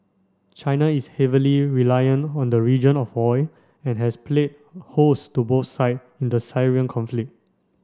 China is heavily reliant on the region of oil and has played host to both side in the conflict